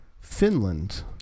Finland